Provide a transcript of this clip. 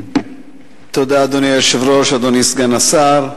אדוני היושב-ראש, תודה, אדוני סגן השר,